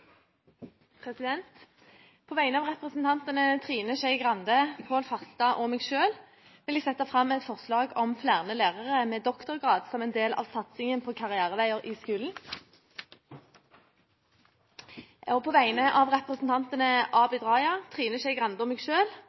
På vegne av representantene Trine Skei Grande, Pål Farstad og meg selv vil jeg sette fram et forslag om flere lærere med doktorgrad som en del av satsingen på karriereveier i skolen. På vegne av representantene Abid Q. Raja, Trine Skei Grande og meg